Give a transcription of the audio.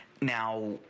Now